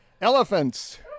Elephants